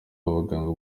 abaganga